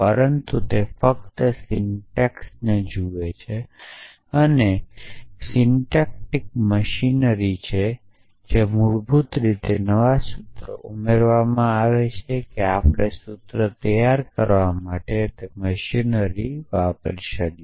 પરંતુ તે ફક્ત સિન્ટેક્સને જુએ છે તે એક સિન્ટેક્ટિક મશીનરી છે અને મૂળભૂત રીતે નવા સૂત્રો ઉમેરવામાં આવે છે કે આપણે સૂત્ર તૈયાર કરવા માટે મશીન લગાવી શકીએ